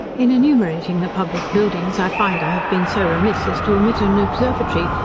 in enumerating the public buildings i find i have been so remiss as to omit an observatory,